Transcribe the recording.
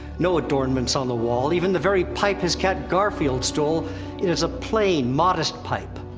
no adornments on the wall, even the very pipe his cat garfield stole it is a plain, modest pipe.